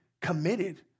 committed